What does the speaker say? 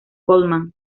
goldman